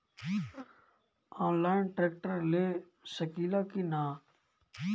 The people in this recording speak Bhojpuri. आनलाइन ट्रैक्टर ले सकीला कि न?